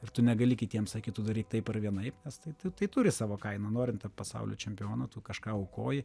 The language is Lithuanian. ir tu negali kitiem sakyt tu daryk taip ar vienaip nes tai tai tai turi savo kainą norin tapt pasaulio čempionato tu kažką aukoji